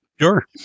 Sure